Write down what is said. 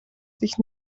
sich